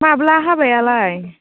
माब्ला हाबायालाय